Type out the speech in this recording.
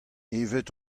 evet